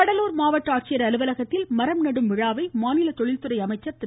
சம்பத் கடலூர் மாவட்ட ஆட்சியர் அலுவலகத்தில் மரம் நடும் விழாவை மாநில தொழில்துறை அமைச்சர் திரு